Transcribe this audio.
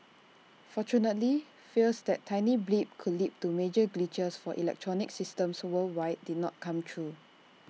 fortunately fears that tiny blip could lead to major glitches for electronic systems worldwide did not come true